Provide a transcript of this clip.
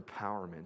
empowerment